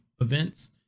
events